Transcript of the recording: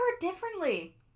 differently